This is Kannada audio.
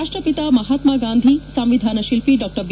ರಾಷ್ಟ್ರಪಿತ ಮಹಾತ್ಮ ಗಾಂಧಿ ಸಂವಿಧಾನ ಶಿಲ್ಪಿ ಡಾ ಬಿ